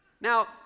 Now